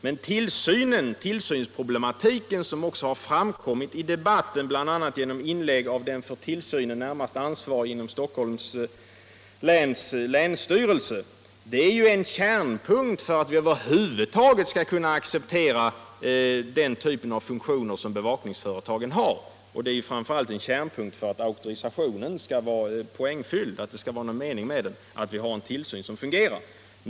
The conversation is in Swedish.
Men tillsynsproblematiken - som också har framkommit i debatten. bl.a. i inlägg av den för tillsynen närmast ansvarige inom Stockholms läns länsstyrelse — är ju en kärnpunkt då det gäller att över huvud taget kunna acceptera den typ av funktioner som bevakningsföretagen har. Framför allt är det en kärnpunkt, om auktorisationen skall ha någon mening, att vi har en tillsyn som fungerar.